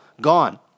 Gone